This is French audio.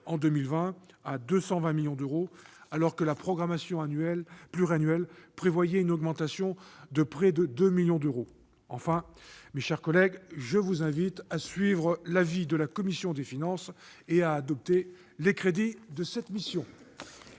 hauteur de 220 millions d'euros, alors que la programmation pluriannuelle prévoyait une augmentation de près de 2 millions d'euros. Mes chers collègues, je vous invite à suivre l'avis de la commission des finances et à adopter les crédits de cette mission.